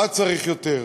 מה צריך יותר?